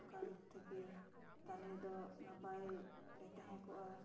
ᱥᱚᱨᱠᱟᱨ ᱛᱷᱮᱠᱮ ᱛᱟᱦᱚᱞᱮ ᱫᱚ ᱱᱟᱯᱟᱭ ᱞᱮ ᱛᱟᱦᱮᱸ ᱠᱚᱜᱼᱟ